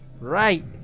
Right